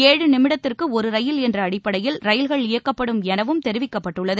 எழு நிமிடத்திற்கு ஒரு ரயில் என்ற அடிப்படையில் ரயில்கள் இயக்கப்படும் எனவும் தெரிவிக்கப்பட்டுள்ளது